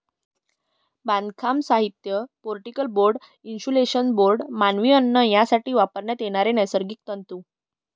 बांधकाम साहित्य, particle board, insulation board, मानवी अन्न यासाठी वापरण्यात येणारे नैसर्गिक तंतू